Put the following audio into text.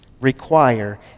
require